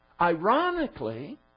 Ironically